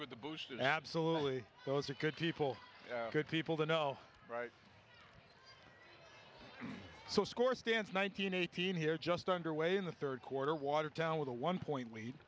with the boost in absolutely those are good people good people to know right so score stands nineteen eighteen here just under way in the third quarter watertown with a one point lead